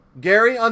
Gary